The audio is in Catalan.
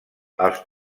els